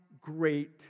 great